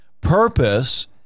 purpose